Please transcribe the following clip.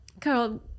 Carol